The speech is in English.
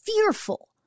fearful